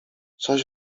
coś